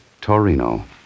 Torino